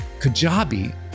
Kajabi